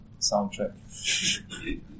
soundtrack